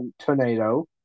tornado